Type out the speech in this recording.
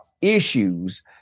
issues